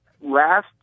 Last